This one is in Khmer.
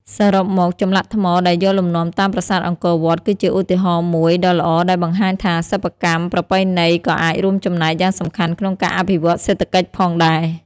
សរុបមក ចម្លាក់ថ្មដែលយកលំនាំតាមប្រាសាទអង្គរវត្ត គឺជាឧទាហរណ៍មួយដ៏ល្អដែលបង្ហាញថា សិប្បកម្មប្រពៃណីក៏អាចរួមចំណែកយ៉ាងសំខាន់ក្នុងការអភិវឌ្ឍសេដ្ឋកិច្ចផងដែរ។